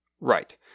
Right